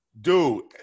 Dude